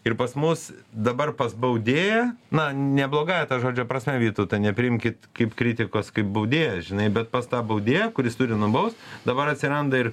ir pas mus dabar pas baudėją na ne blogąja to žodžio prasme vytautai nepriimkit kaip kritikos kaip baudėjas žinai bet pas tą baudėją kuris turi nubaust dabar atsiranda ir